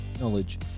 knowledge